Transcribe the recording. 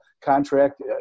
contract